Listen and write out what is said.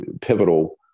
pivotal